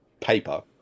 paper